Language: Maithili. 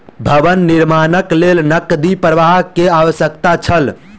भवन निर्माणक लेल नकदी प्रवाह के आवश्यकता छल